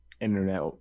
internet